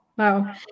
Wow